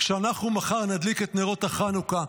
כשאנחנו נדליק מחר את נרות החנוכה,